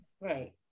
Right